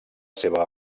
seva